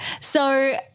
So-